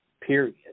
Period